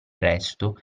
resto